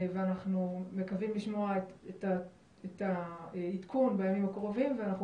ואנחנו מקווים לשמוע את העדכון בימים הקרובים ואנחנו